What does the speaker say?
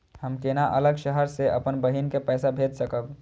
हम केना अलग शहर से अपन बहिन के पैसा भेज सकब?